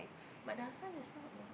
but the husband is not work